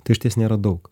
tai išties nėra daug